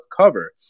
cover